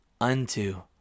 unto